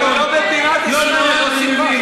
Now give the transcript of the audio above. חברון איננה שייכת לערבים.